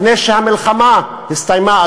לפני שהמלחמה הסתיימה,